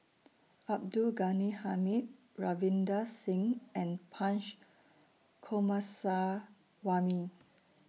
Abdul Ghani Hamid Ravinder Singh and Punch